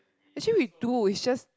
actually we do it's just